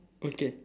okay